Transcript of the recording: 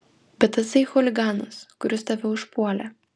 bet tasai chuliganas kuris tave užpuolė